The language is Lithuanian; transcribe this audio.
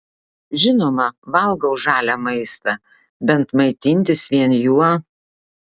žinoma valgau žalią maistą bent maitintis vien juo